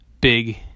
big